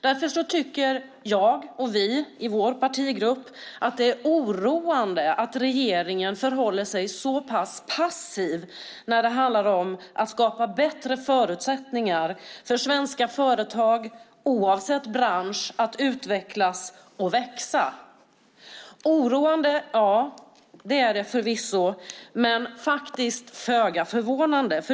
Därför tycker jag och vi i vår partigrupp att det är oroande att regeringen förhåller sig så pass passiv när det handlar om att skapa bättre förutsättningar för svenska företag, oavsett bransch, att utvecklas och växa. Oroande, ja förvisso, men faktiskt föga förvånande.